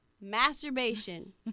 masturbation